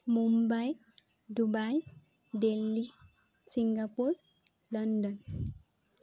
Mumbai Dubai Delhi Singapore London